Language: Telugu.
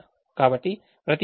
కాబట్టి ప్రతి ఉద్యోగానికి Xij1